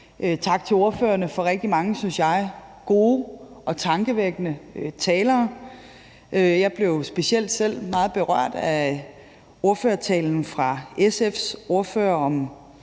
Tak til ordførerne for rigtig mange, synes jeg, gode og tankevækkende taler. Jeg blev specielt selv meget berørt af ordførertalen fra SF's ordfører om